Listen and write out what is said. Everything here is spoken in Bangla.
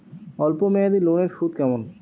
অল্প মেয়াদি লোনের সুদ কেমন?